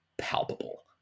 Palpable